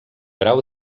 grau